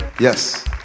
yes